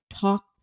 Talk –